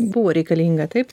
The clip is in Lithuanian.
buvo reikalinga taip